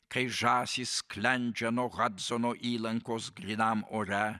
kai žąsys sklendžia nuo hadsono įlankos grynam ore